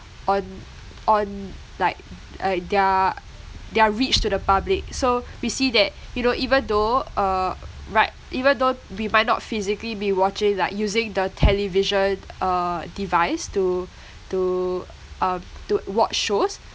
on on like uh their their reach to the public so we see that you know even though uh right even though we might not physically be watching like using the television uh device to to um to watch shows